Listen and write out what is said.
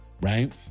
right